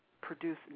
produce